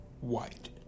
white